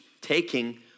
taking